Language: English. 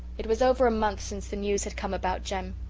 it was over a month since the news had come about jem.